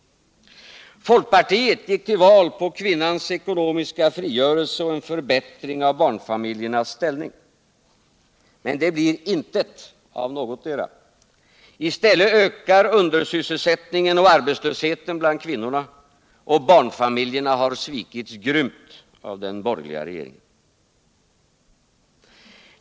Folkpartiet gick till val på kvinnans ekonomiska frigörelse och en förbättring av barnfamiljernas ställning. Men det blir intet av någotdera — i ställer ökar undersysselsättningen och arbetslösheten bland kvinnorna, och barnfamiljerna har svikits grymt av den borgerliga regeringen.